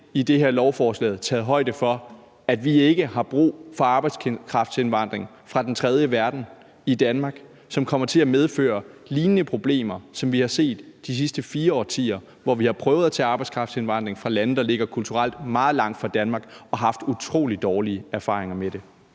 i det her lovforslag har taget højde for, at vi ikke har brug for arbejdskraftindvandring fra den tredje verden i Danmark, som kommer til at medføre problemer, der ligner dem, vi har set de sidste 4 årtier, hvor vi har prøvet at tage imod arbejdskraftindvandring fra lande, der kulturelt ligger meget langt fra Danmark, og haft utrolig dårlige erfaringer med det.